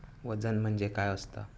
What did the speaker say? वजन म्हणजे काय असता?